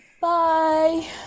Bye